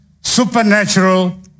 supernatural